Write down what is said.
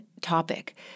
topic